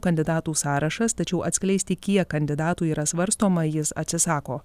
kandidatų sąrašas tačiau atskleisti kiek kandidatų yra svarstoma jis atsisako